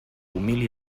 humil